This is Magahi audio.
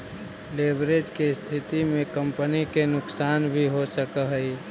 लेवरेज के स्थिति में कंपनी के नुकसान भी हो सकऽ हई